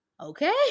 okay